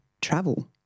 travel